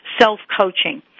self-coaching